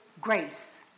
grace